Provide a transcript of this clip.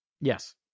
Yes